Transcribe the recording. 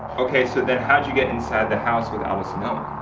okay. so then, how did you get inside the house without us knowing?